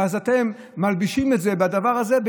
ואז אתם מלבישים את זה באידיאולוגיה,